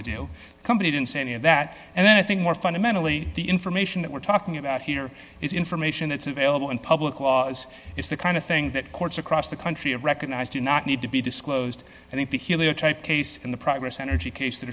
to do a company didn't see any of that and then i think more fundamentally the information that we're talking about here is information that's available in public laws is the kind of thing that courts across the country have recognized do not need to be disclosed and heliotrope case in the progress energy case that